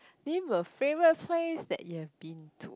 name a favourite place that you have been to